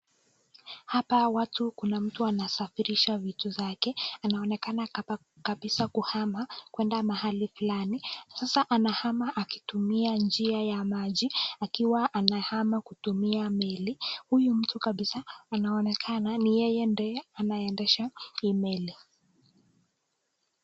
Hapa watu kuna mtu anasafirisha vitu zake, anaonekana kabisa kuhama kwenda mahali fulani, sasa anahama akitumia njia ya maji, akiwa amehama kutumia meli, huyu mtu kabisa anaonekana ni yeye ndiye anaendesha hii meli.